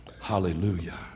Hallelujah